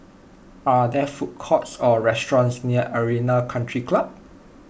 are there food courts or restaurants near Arena Country Club